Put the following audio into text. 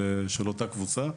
של אותה קבוצה.